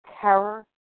terror